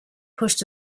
pushed